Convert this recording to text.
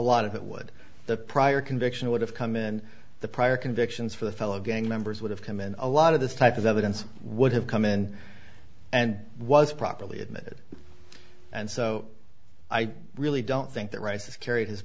lot of it would the prior conviction would have come in the prior convictions for the fellow gang members would have come in a lot of this type of evidence would have come in and was properly admitted and so i really don't think that ri